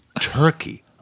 turkey